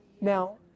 Now